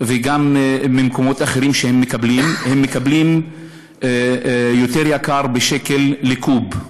וגם ממקומות אחרים, הם מקבלים ביותר משקל לקוב.